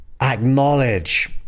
acknowledge